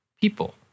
people